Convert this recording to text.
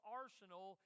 arsenal